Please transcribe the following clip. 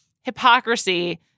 hypocrisy